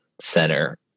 Center